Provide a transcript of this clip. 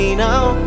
now